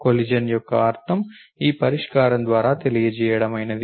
collision యొక్క అర్థం ఈ పరిష్కారం ద్వారా తెలియజేడమైనది